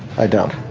i don't.